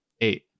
eight